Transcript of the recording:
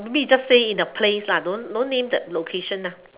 maybe you just say in a place lah don't don't name the location ah